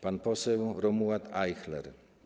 Pan poseł Romuald Ajchler.